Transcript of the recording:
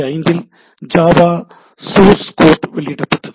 95 இல் Java source code வெளியிடப்பட்டது